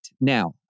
Now